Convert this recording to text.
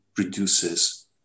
reduces